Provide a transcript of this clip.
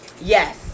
Yes